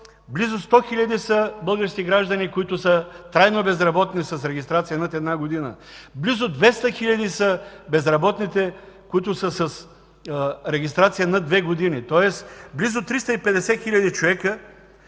близо 100 хиляди са българските граждани, които са трайно безработни с регистрация над една година. Близо 200 хиляди са безработните, които са с регистрация над две години. Тоест близо 350 хил. човека